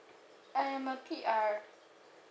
I'm a P_R